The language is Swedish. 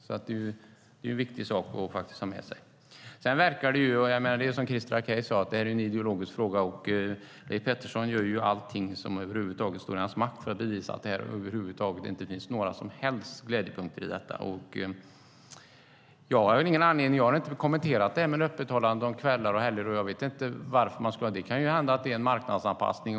Detta är viktigt att ha med sig. Som Christer Akej sade är det här en ideologisk fråga. Leif Pettersson gör allt som står i hans makt för att bevisa att det inte finns några som helst glädjepunkter i detta. Jag har inte kommenterat öppethållandet under kvällar och helger. Det kan hända att det är en marknadsanpassning.